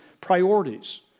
priorities